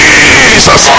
Jesus